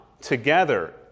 together